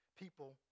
People